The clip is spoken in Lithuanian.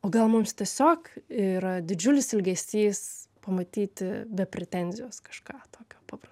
o gal mums tiesiog yra didžiulis ilgesys pamatyti be pretenzijos kažką tokio paprasto